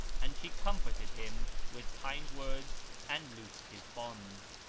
and she comforted him with kind words and loosed his bonds.